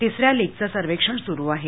तिसऱ्या लीगचं सर्वेक्षण सुरू आहे